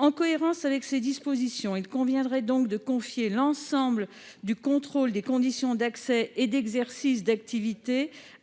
En cohérence avec cette disposition, il conviendrait de confier à ce même organisme l'ensemble du contrôle des conditions d'accès et d'exercice d'activités,